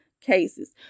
cases